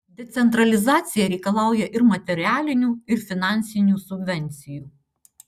decentralizacija reikalauja ir materialinių ir finansinių subvencijų